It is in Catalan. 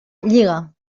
lliga